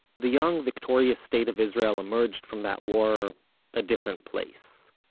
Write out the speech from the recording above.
the young victorious state of israel emerged from that war a different place.